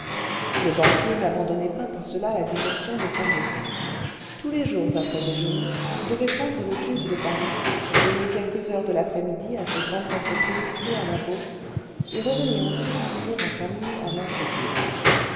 le banquier n'abandonnait pas pour cela la direction de sa maison tous les jours après déjeuner il devait prendre le tube de paris donner quelques heures de l'après-midi à ses grandes entreprises et à la bourse et revenir ensuite dîner en famille à